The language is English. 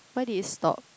why did it stop